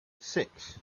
six